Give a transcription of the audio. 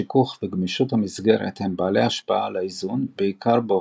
שיכוך וגמישות המסגרת הם בעלי השפעה על האיזון בעיקר באופנועים.